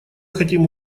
хотим